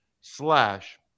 slash